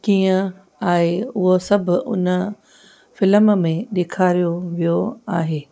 कीअं आहे उहा सभु उन फ़िलम में ॾिखारियो वियो आहे